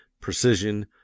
precision